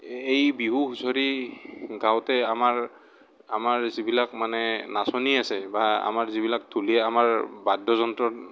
এই বিহু হুঁচৰি গাওঁতে আমাৰ আমাৰ যিবিলাক মানে নাচনি আছে বা আমাৰ যিবিলাক ঢুলীয়া আমাৰ বাদ্যযন্ত্ৰৰ